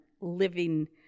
living